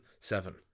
seven